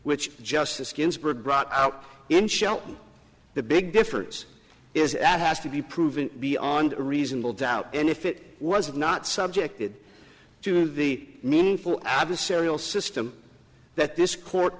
brought out in shelton the big difference is that has to be proven beyond a reasonable doubt and if it was not subjected to the meaningful adversarial system that this court